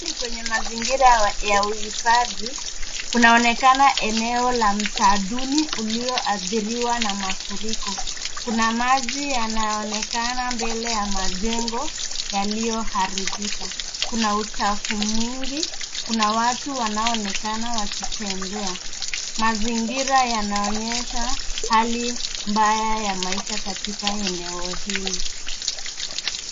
Kwenye mazingira ya uhifadhi kunaonekana eneo la mtaa duni ulioadhiriwa na mafuriko. Kuna maji yanaonekana mbele ya majengo yaliyoharibika, kuna uchafu mwingi, kuna watu wanaoonekana wakitembea. Mazingira yanaonyesha hali mbaya ya maisha katika eneo hili.